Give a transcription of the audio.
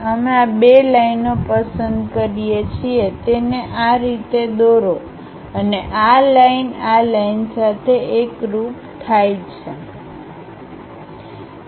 અમે આ બે લાઈનઓ પસંદ કરીએ છીએ તેને આ રીતે દોરો અને આ લાઈન આ લાઇન સાથે એકરુપ થાય છે